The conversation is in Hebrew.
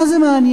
מה זה מעניין?